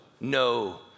no